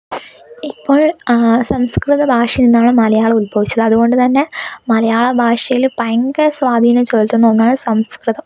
ഇപ്പോൾ സംസ്കൃത ഭാഷയിൽ നിന്നാണ് മലയാളം ഉത്ഭവിച്ചത് അതുകൊണ്ട് തന്നെ മലയാള ഭാഷയില് ഭയങ്കര സ്വാധീനം ചൊലുത്തുന്ന ഒന്നാണ് സംസ്കൃതം